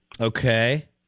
okay